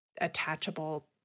attachable